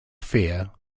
fear